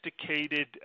sophisticated